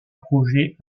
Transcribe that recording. projets